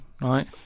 right